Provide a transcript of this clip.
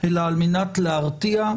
אלא על מנת להרתיע,